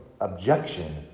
objection